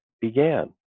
began